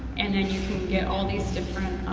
and then you can get all these different